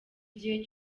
gihe